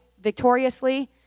victoriously